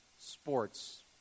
Sports